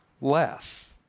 less